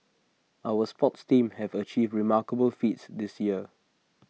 our sports teams have achieved remarkable feats this year